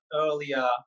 earlier